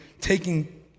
taking